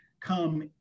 come